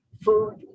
food